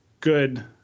good –